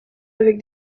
avec